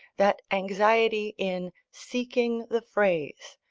that anxiety in seeking the phrase,